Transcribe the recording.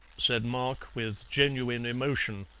said mark with genuine emotion.